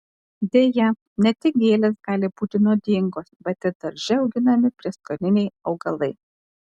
deja ne tik gėlės gali būti nuodingos bet ir darže auginami prieskoniniai augalai